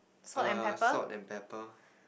err salt and pepper